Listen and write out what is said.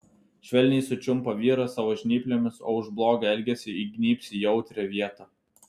švelniai sučiumpa vyrą savo žnyplėmis o už blogą elgesį įgnybs į jautrią vietą